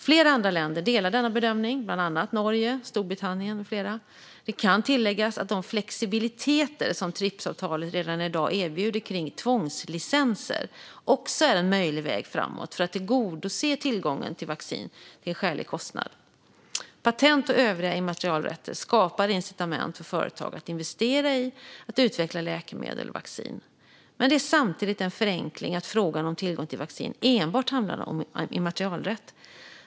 Flera andra länder delar denna bedömning, bland annat Norge och Storbritannien. Det kan tilläggas att de flexibiliteter som Tripsavtalet redan i dag erbjuder kring tvångslicenser också är en möjlig väg framåt för att tillgodose tillgången till vaccin till en skälig kostnad. Patent och övriga immaterialrätter skapar incitament för företag att investera i att utveckla läkemedel, som vacciner. Men det är samtidigt en förenkling att frågan om tillgång till vaccin enbart handlar om immaterialrätt.